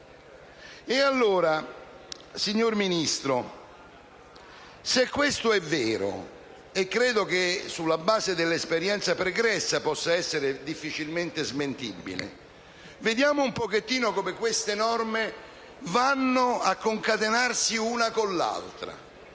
Allora, signor Ministro, se questo è vero - e credo sulla base dell'esperienza pregressa possa essere difficilmente smentibile - vediamo come queste norme vanno a concatenarsi l'una con l'altra.